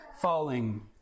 falling